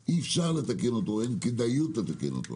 אותו, או אין כדאיות לתקן אותו,